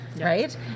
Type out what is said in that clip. right